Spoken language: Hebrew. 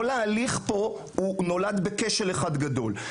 כל ההליך פה נולד בכשל אחד גדול.